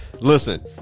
listen